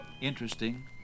interesting